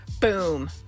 Boom